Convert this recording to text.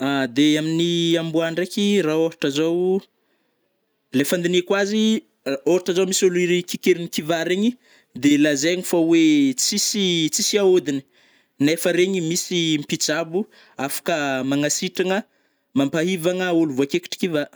De aminy amboa ndraiky ra ôhatra zao le fandinihako azy, ôhatra zao misy ôlo ire kikerigny kiva regny de lazaigny fa oe tsisy-tsisy aôdigny. Nefa regny misy mpitsabo afaka magnasitragna mampahivagna ôlo vôkaikitry kiva.